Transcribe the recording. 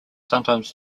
sometimes